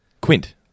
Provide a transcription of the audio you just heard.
Quint